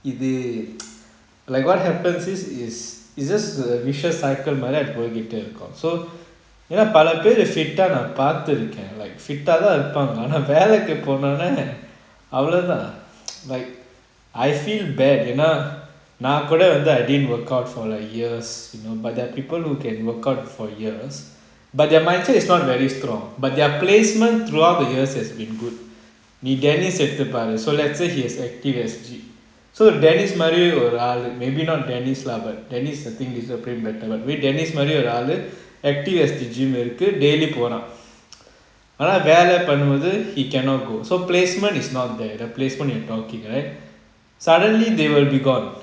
அது:athu like what happens is is is just a vicious cycle மாறி அது போய்கிட்டேய் இருக்கும்:maari athu poikitey irukum so என்ன பல பெரு:enna pala peru fit eh நான் பாத்து இருக்கான்: naan paathu irukan like fit eh தான் இருப்பாங்க ஆனா வேலைக்கி போனானே அவ்ளோதான்:thaan irupanga aana velaiki pononey avlothaan like I feel bad you know என்ன நான் கூட:enna naan kuda I didn't work out for like years you know but there are people who can workout for years but their mindset is not very strong but their placement throughout the years has been good நீ எடுத்து பாரு:nee eaduthu paaru so let's say he has active S_G so dennis மாறி ஒரு ஆளு:maari oru aalu maybe not dennis lah but dennis I think discipline better dennis மாறி ஒரு ஆளு:maari oru aalu active S_G gym இருக்கு:iruku daily போறான் ஆனா வெல்ல பண்ணும் போது:poran aana vella panum bothu he cannot go so placement is not that the placement in talking right suddenly they will be gone